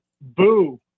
boo